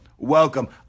Welcome